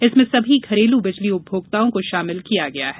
इसमें सभी घरेलू बिजली उपभोक्ताओं को शामिल किया गया है